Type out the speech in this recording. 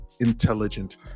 intelligent